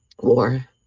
War